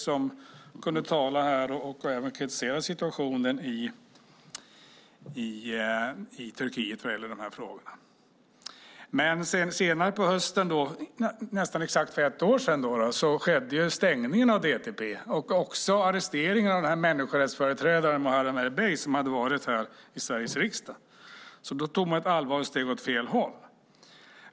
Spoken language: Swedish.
Han kunde tala här och även kritisera situationen i Turkiet vad gäller de här frågorna. Men senare på hösten, för nästan exakt ett år sedan, skedde stängningen av DTP och också arresteringen av människorättsföreträdaren Muharrem Erbey, som hade varit här i Sveriges riksdag. Då tog man ett allvarligt steg åt fel håll.